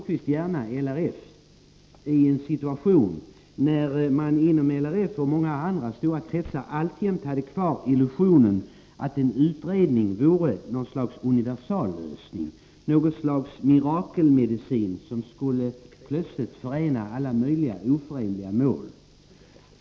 Det han läste upp skrevs i en situation då man inom LRF och många andra kretsar alltjämt hade kvar illusionen att en utredning vore något slags universallösning, en mirakelmedicin som plötsligt skulle förena alla oförenliga mål.